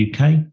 uk